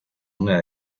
una